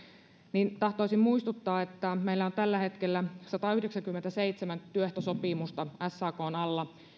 niin tahtoisin muistuttaa että meillä on tällä hetkellä satayhdeksänkymmentäseitsemän työehtosopimusta sakn alla